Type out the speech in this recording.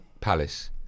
Palace